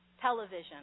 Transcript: television